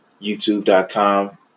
youtube.com